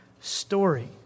story